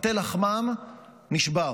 מטה לחמם נשבר.